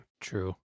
True